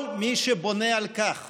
כל מי שבונה על כך